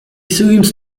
seems